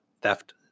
theft